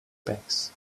backs